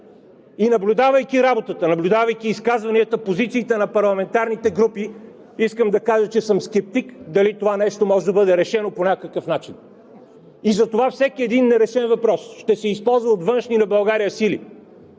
Наблюдавайки работата, наблюдавайки изказванията, позициите на парламентарните групи, искам да кажа, че съм скептик дали това нещо може да бъде решено по някакъв начин. Затова всеки нерешен въпрос ще се използва от външни на България сили